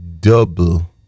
double